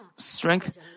Strength